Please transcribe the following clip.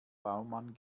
baumann